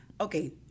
Okay